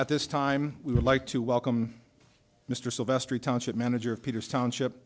at this time we would like to welcome mr sylvester township manager peters township